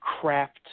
craft